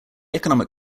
economic